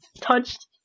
touched